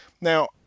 Now